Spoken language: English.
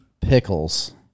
pickles